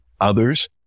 others